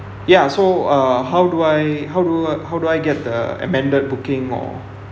ya so uh how do I how do I how do I get the amended booking or